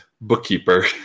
bookkeeper